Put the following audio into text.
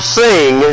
sing